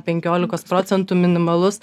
penkiolikos procentų minimalus